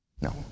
No